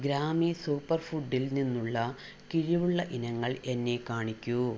Grammy super ഫുഡിൽ നിന്നുള്ള കിഴിവുള്ള ഇനങ്ങൾ എന്നെ കാണിക്കൂ